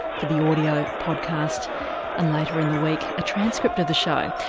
for the audio, podcast and later in the week a transcript of the show.